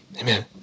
Amen